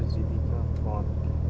জীৱিকা পথ